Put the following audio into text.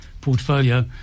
portfolio